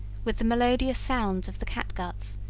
with the melodious sound of the catguts,